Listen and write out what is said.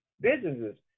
businesses